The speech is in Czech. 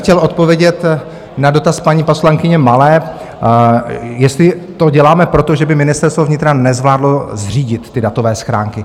Chtěl bych odpovědět na dotaz paní poslankyně Malé, jestli to děláme proto, že by Ministerstvo vnitra nezvládlo zřídit ty datové schránky.